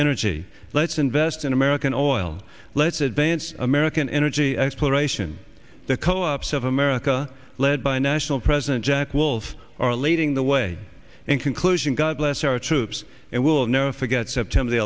energy let's invest in american oil let's advance american energy exploration the co ops of america led by national president jack wolf are leading the way in conclusion god bless our troops and will never forget september the